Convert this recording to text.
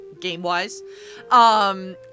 game-wise